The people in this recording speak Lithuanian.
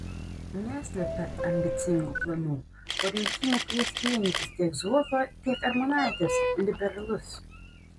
neslepia ambicingų planų po rinkimų kvies vienytis tiek zuoko tiek armonaitės liberalus